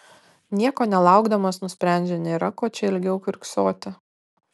nieko nelaukdamas nusprendžia nėra ko čia ilgiau kiurksoti